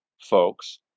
folks